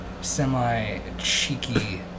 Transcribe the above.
semi-cheeky